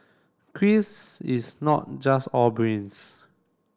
Chris is not just all brains